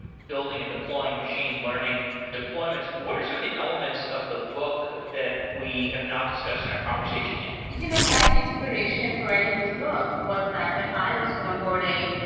ah building and deploying machine learning deployment. what are some of the elements of the book that we have not discussed in our conversation yet? you know my inspiration for writing this book was that when i was on onboarding,